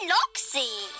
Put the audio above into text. Loxy